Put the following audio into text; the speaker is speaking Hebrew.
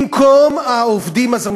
במקום העובדים הזרים,